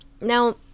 Now